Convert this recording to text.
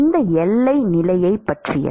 இந்த எல்லை நிலையைப் பற்றியது